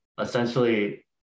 essentially